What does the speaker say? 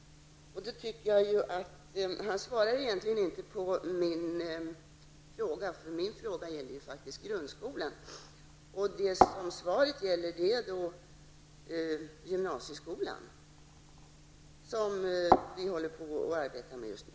Göran Persson svarar i sitt svar egentligen inte på min fråga, som faktiskt gäller grundskolan. Svaret gäller däremot gymnasieskolan, som vi håller på att arbeta med just nu.